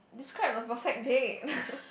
describe a perfect day